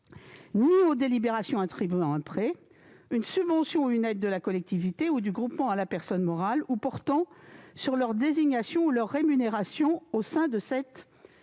ni aux délibérations attribuant un prêt, une subvention ou une aide de la collectivité ou du groupement à la personne morale ou portant sur leur désignation ou leur rémunération au sein de cette